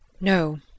No